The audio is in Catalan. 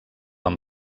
amb